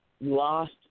lost